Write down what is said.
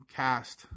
cast